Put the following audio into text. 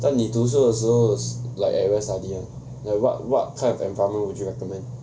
这样你读书的时候 like at where study [one] like what what kind of environment would you recommend